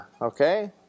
okay